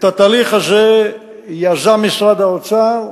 את התהליך הזה יזם משרד האוצר,